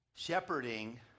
Shepherding